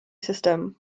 system